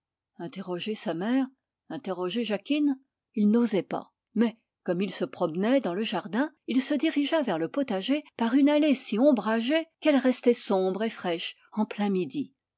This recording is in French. interroger sa mère interroger jacquine il n'osait pas mais comme il se promenait dans le jardin il se dirigea vers le potager par une allée si ombragée qu'elle restait sombre et fraîche en plein midi